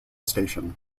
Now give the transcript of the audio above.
station